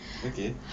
okay